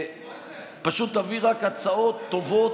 פשוט תביא רק הצעות טובות,